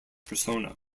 persona